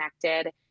connected